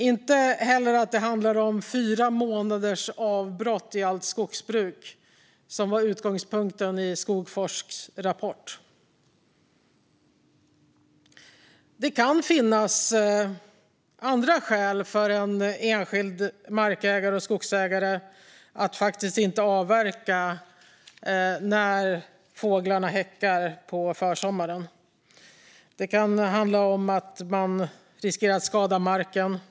Inte heller handlar det om fyra månaders avbrott för allt skogsbruk, vilket var utgångspunkten i Skogforsks rapport. Det kan finnas andra skäl för en enskild markägare eller skogsägare att inte avverka när fåglarna häckar på försommaren. Det kan handla om att man riskerar att skada marken.